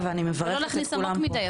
זה אפילו לא דורש להכניס את היד עמוק מידי.